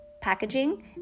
packaging